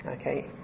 okay